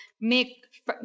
make